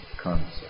concept